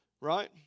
right